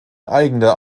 eigene